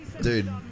Dude